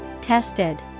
Tested